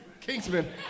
Kingsman